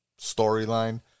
storyline